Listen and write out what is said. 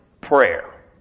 prayer